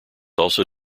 also